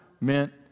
meant